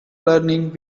learning